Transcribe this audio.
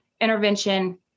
intervention